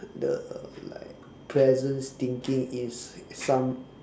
the like pleasant thinking in some